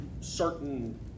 certain